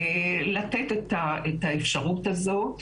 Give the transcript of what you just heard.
לתת את האפשרות הזאת,